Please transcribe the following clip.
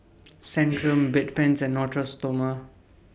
Centrum Bedpans and Natura Stoma